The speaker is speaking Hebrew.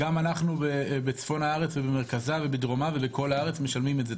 גם אנחנו בצפון הארץ ובמרכזה ובדרומה ובכל הארץ משלמים את זה,